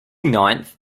ninth